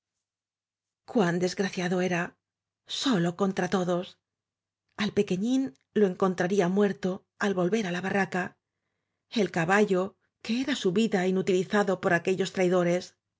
cuán desgraciado era solo contra todos al pequeñín lo encontraría muerto al volver á la barraca el caballo que era su vida inutili zado por aquellos traidores